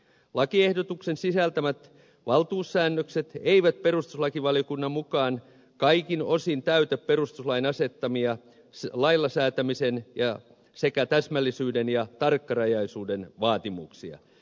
lakiehdotuksen sisältämät valtuussäännökset eivät perustuslakivaliokunnan mukaan kaikin osin täytä perustuslain asettamia lailla säätämisen sekä täsmällisyyden ja tarkkarajaisuuden vaatimuksia